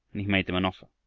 and he made them an offer.